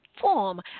form